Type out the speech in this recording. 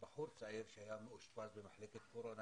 בחור צעיר שהיה מאושפז במחלקת קורונה